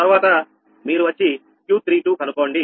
తర్వాత మీరు Q32 కనుక్కోండి